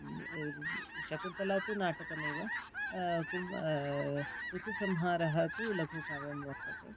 शकुन्तला तु नाटकमेव ऋतुसंहारः तु लघुकाव्यं वर्तते